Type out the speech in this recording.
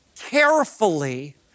carefully